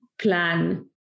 plan